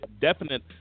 definite